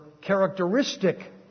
characteristic